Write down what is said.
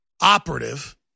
operative